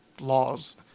laws